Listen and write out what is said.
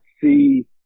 see